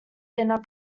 inner